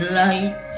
light